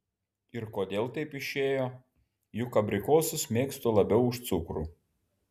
ir kodėl taip išėjo juk abrikosus mėgstu labiau už cukrų